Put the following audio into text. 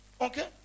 Okay